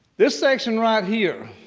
this section right here,